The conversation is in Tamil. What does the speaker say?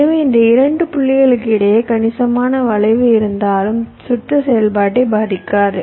எனவே இந்த 2 புள்ளிகளுக்கு இடையில் கணிசமான வளைவு இருந்தாலும் சுற்று செயல்பாட்டை பாதிக்காது